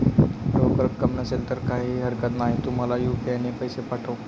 रोख रक्कम नसेल तर काहीही हरकत नाही, तू मला यू.पी.आय ने पैसे पाठव